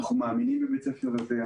אנחנו מאמינים בבית הספר הזה,